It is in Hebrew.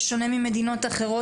בשונה ממדינות אחרות,